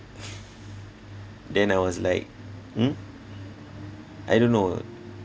then I was like mm I don't know